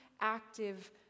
active